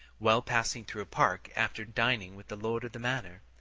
while passing through a park after dining with the lord of the manor.